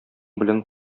белән